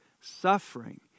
Suffering